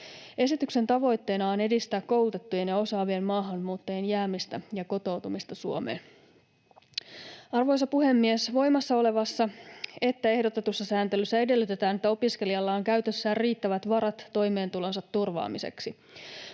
Esityksen tavoitteena on edistää koulutettujen ja osaavien maahanmuuttajien jäämistä ja kotoutumista Suomeen. Arvoisa puhemies! Sekä voimassa olevassa että ehdotetussa sääntelyssä edellytetään, että opiskelijalla on käytössään riittävät varat toimeentulonsa turvaamiseksi.